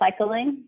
recycling